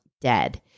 dead